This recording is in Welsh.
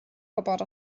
gwybod